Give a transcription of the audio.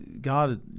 God